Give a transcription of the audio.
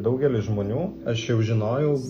daugelis žmonių aš jau žinojau